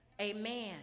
amen